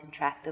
contractive